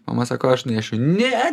mama sako aš nunešiu ne